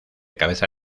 cabeza